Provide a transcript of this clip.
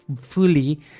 fully